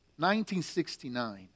1969